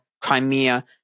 Crimea